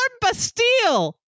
Bastille